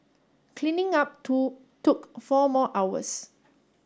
cleaning up too took four more hours